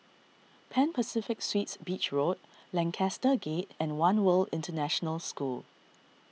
Pan Pacific Suites Beach Road Lancaster Gate and one World International School